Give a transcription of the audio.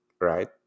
right